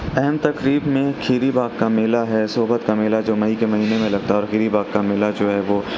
اہم تقریب میں کھیری باغ کا میلہ ہے صحبت کا میلہ جو مئی کے مہینے میں لگتا اور کھیری باغ کا میلہ جو ہے وہ